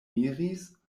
miris